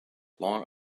long